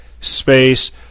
space